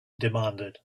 demanded